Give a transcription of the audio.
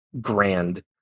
grand